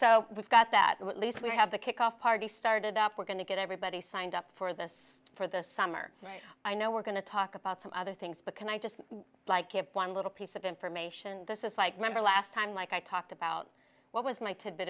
so we've got that at least we have the kickoff party started up we're going to get everybody signed up for this for the summer right i know we're going to talk about some other things but can i just like one little piece of information this is like remember last time like i talked about what was my tidbit